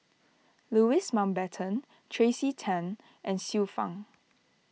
Louis Mountbatten Tracey Tan and Xiu Fang